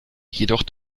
jedoch